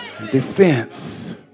defense